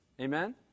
Amen